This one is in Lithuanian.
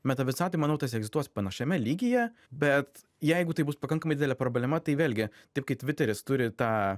meta visatoj manau tas egzistuos panašiame lygyje bet jeigu tai bus pakankamai didelė problema tai vėlgi taip kai tviteris turi tą